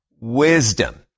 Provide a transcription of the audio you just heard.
Wisdom